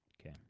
Okay